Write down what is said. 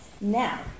Now